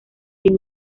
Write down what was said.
the